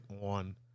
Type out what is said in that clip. on